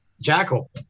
Jackal